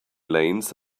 lanes